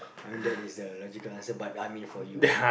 I mean that is a logical answer but I mean for you